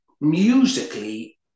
musically